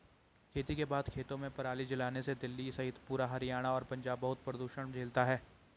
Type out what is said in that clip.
खेती के बाद खेतों में पराली जलाने से दिल्ली सहित पूरा हरियाणा और पंजाब बहुत प्रदूषण झेलता है